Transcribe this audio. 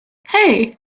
hey